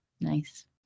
nice